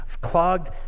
clogged